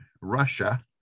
Russia